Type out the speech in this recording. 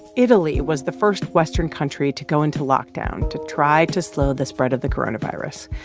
italy was the first western country to go into lockdown to try to slow the spread of the coronavirus.